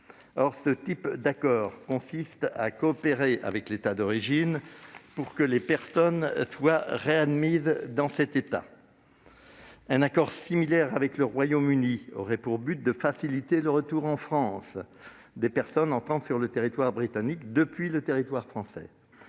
Ce type d'accord prévoit une coopération avec l'État d'origine pour que les personnes y soient réadmises. Un tel accord avec le Royaume-Uni aurait pour but de faciliter le retour en France des personnes entrant sur le territoire britannique depuis le territoire français.